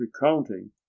recounting